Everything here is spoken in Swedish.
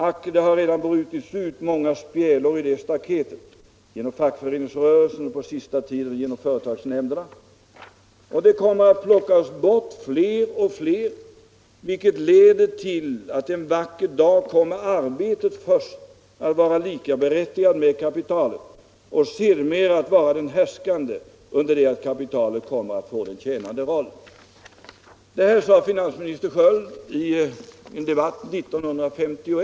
Ack, det har redan brutits ut många spjälor i det staketet — genom fackföreningsrörelsen och på sista tiden genom företagsnämnderna — och det kommer att plockas bort fler och fler, vilket leder till att en vacker dag kommer arbetet först att vara likaberättigat med kapitalet och sedermera att vara den härskande, under det att kapitalet kommer att få den tjänande rollen.” Det här sade finansminister Sköld i en debatt 1950.